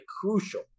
crucial